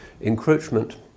encroachment